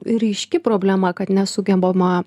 ryški problema kad nesugebama